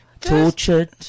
Tortured